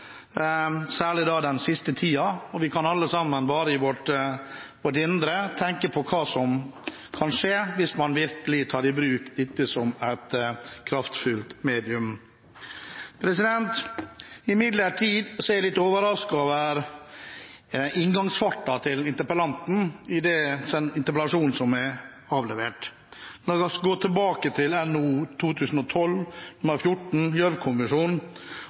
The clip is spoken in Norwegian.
særlig den siste tiden, og vi kan alle sammen i vårt indre bare tenke på hva som kan skje hvis man virkelig tar i bruk dette som et kraftfullt medium. Imidlertid er jeg litt overrasket over inngangsfarten til interpellanten i den interpellasjonen som er avlevert, men la oss gå tilbake til